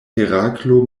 heraklo